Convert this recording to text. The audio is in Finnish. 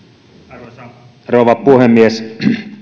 arvoisa rouva puhemies